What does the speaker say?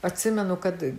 atsimenu kad